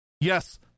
Yes